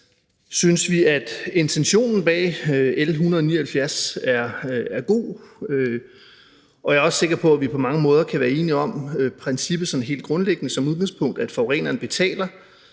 synes vi, at intentionen bag L 179 er god, og jeg er også sikker på, at vi på mange måder kan være enige om, at princippet sådan helt grundlæggende og som udgangspunkt, altså det med at forureneren betaler,